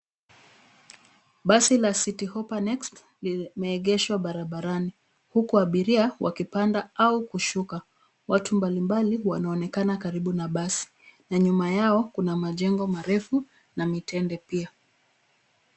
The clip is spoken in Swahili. Basi la Citi Hopper Next limeegeshwa barabarani huku abiria wakipanda au kushuka. Watu mbali mbali wanaonekana karibu na basi na nyuma yao kuna majengo marefu na mitende pia.